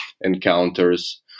encounters